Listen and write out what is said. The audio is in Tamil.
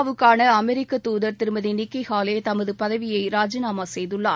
வுக்கான அமெரிக்க தூதர் திருமதி நிக்கி ஹாலே தமது பதவியை ராஜினாமா செய்துள்ளார்